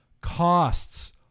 costs